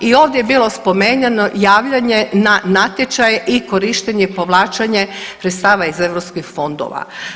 I ovdje je bilo spominjano javljanje na natječaj i korištenje i povlačenje sredstava iz eu fondova.